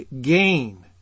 Gain